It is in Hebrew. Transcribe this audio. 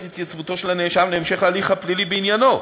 התייצבותו של נאשם להמשך ההליך הפלילי בעניינו,